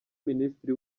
minisitiri